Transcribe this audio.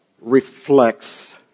reflects